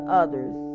others